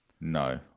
No